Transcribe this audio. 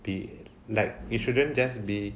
be like it shouldn't just be